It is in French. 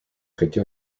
traité